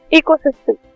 ecosystem